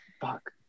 fuck